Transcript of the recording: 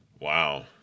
Wow